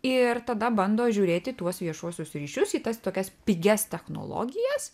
ir tada bando žiūrėti tuos viešuosius ryšius į tas tokias pigias technologijas